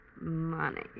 money